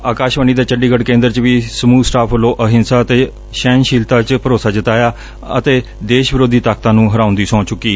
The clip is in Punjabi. ਅਕਾਸ਼ਵਾਣੀ ਦੇ ਚੰਡੀਗੜ ਕੇਦਰ ਚ ਵੀ ਸਮੁਹ ਸਟਾਫ਼ ਵੱਲੋ ਅਹਿੰਸਾ ਅਤੇ ਸਹਿਣਸ਼ੀਲਤਾ ਚ ਭਰੋਸਾ ਜਤਾਉਣ ਅਤੇ ਦੇਸ਼ ਵਿਰੋਧੀ ਤਾਕਤਾਂ ਨੂੰ ਹਰਾਉਣ ਦੀ ਸਹੁੰ ਚੁੱਕੀ